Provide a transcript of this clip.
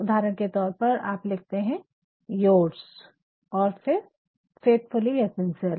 उदाहरण के लिए यदि आप लिखते है योर्स और फिर फैथ्फुली या सिनसेरेली